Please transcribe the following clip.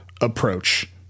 approach